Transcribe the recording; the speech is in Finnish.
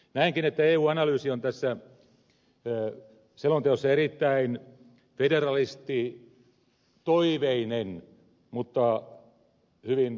näenkin että eu analyysi on tässä selonteossa erittäin federalistitoiveinen mutta hyvin pinnallinen